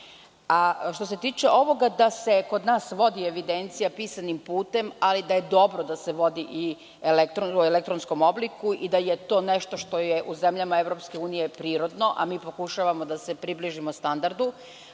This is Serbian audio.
se tiče ovoga da se kod nas vodi evidencija pisanim putem, ali da je dobro da se vodi i u elektronskom obliku i da je to nešto što je u zemljama EU prirodno, a mi pokušavamo da se približimo standardu,